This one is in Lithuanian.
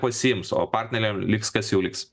pasiims o partneriam liks kas jau liks